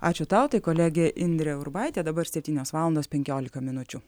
ačiū tau tai kolegė indrė urbaitė dabar septynios valandos penkiolika minučių